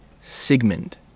Sigmund